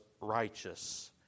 righteous